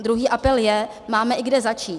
Druhý apel je, máme i kde začít.